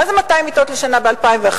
מה זה 200 מיטות לשנה ב-2011?